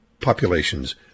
populations